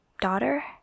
daughter